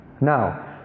Now